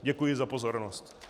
Děkuji za pozornost.